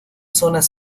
zonas